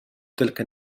تلك